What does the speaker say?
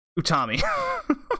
Utami